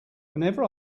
whenever